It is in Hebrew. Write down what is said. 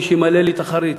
מי שימלא לי את החריץ,